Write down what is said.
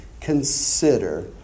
consider